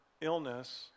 illness